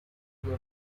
vivía